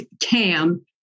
CAM